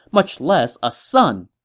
much less a son!